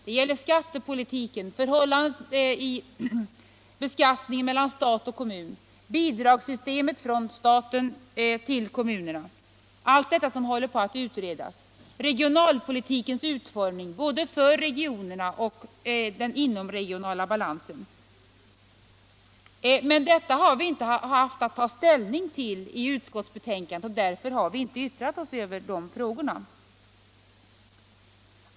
Det gäller skattepolitiken, förhållandet i beskattningen mellan stat och kommun, bidragssystemet från staten till kommunerna, allt detta som håller på att utredas, regionalpolitikens utformning både för regionerna och för den inomregionala balansen. Men detta har vi inte haft att ta ställning till : utskottsbetänkandet och vi har därför inte yttrat oss över dessa frågor.